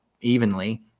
evenly